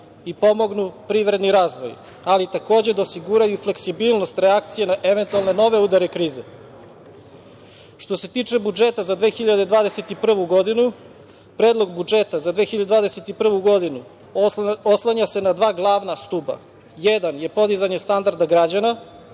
i pomognu privredni razvoj, ali takođe, da osiguraju i fleksibilnost reakcije na eventualne nove udare krize. Što se tiče budžeta za 2021. godinu, Predlog budžeta za 2021. godinu oslanja se na dva glavna stuba. Jedan je podizanje standarda građana